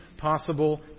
possible